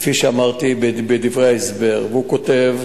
כפי שאמרתי בדברי ההסבר, והוא כותב: